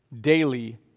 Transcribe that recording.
daily